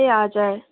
ए हजुर